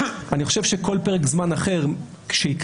אני חושב שכל פרק זמן אחר שיקצר,